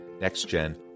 next-gen